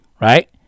right